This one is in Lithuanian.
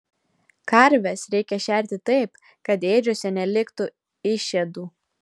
karves reikia šerti taip kad ėdžiose neliktų išėdų